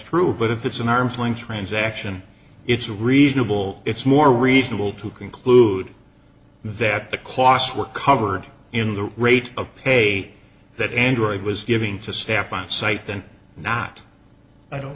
true but if it's an arm's length transaction it's reasonable it's more reasonable to conclude that the clocks were covered in the rate of pay that android was giving to staff on site than not i don't